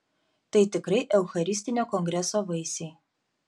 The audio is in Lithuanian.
tai tikrai eucharistinio kongreso vaisiai